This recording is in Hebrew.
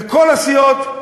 לכל הסיעות.